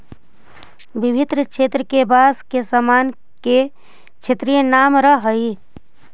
विभिन्न क्षेत्र के बाँस के सामान के क्षेत्रीय नाम रहऽ हइ